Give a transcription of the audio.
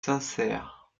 sincère